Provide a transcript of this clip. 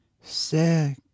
sick